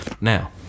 Now